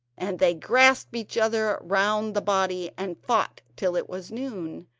and they grasped each other round the body and fought till it was noon.